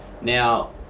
Now